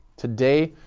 today,